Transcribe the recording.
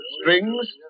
Strings